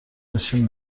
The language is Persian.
بشین